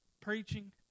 Preaching